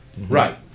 Right